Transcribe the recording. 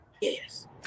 Yes